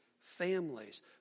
families